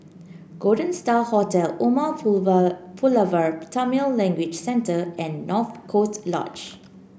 Golden Star Hotel Umar Pulaver Pulavar Tamil Language Centre and North Coast Lodge